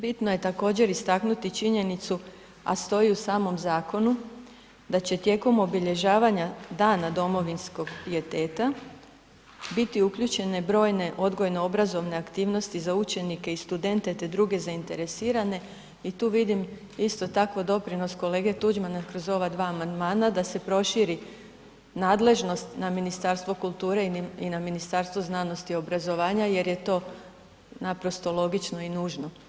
Bitno je također istaknuti činjenicu, a stoji u samom zakonu da će tijekom obilježavanja dana domovinskog pijeteta biti uključene brojne obrazovno odgojne aktivnosti za učenike i studente te druge zainteresirane i tu vidim isto tako doprinos kolege Tuđmana kroz ova dva amandmana da se proširi nadležnost na Ministarstvo kulture i na Ministarstvo znanosti i obrazovanja jer je to naprosto logično i nužno.